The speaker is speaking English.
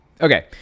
okay